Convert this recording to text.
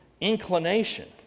inclination